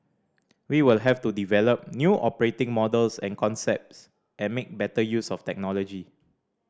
we will have to develop new operating models and concepts and make better use of technology